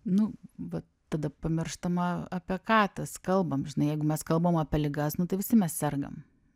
nu vat tada pamirštama apie ką tas kalbam žinai jeigu mes kalbam apie ligas nu tai visi mes sergam